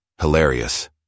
hilarious